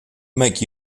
make